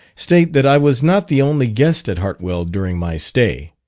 state that i was not the only guest at hartwell during my stay.